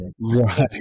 Right